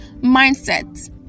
mindset